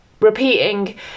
repeating